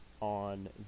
on